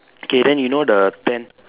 okay then you know the tent